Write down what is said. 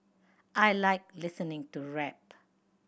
I like listening to rap